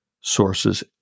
source's